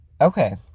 okay